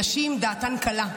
נשים דעתן קלה,